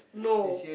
no